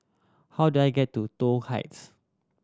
how do I get to Toh Heights